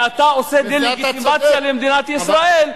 ואתה עושה דה-לגיטימציה למדינת ישראל,